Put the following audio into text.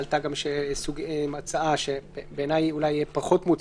עלתה גם הצעה שבעיני היא פחות מוצלחת.